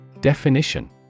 Definition